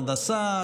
הנדסה,